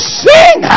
sing